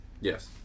Yes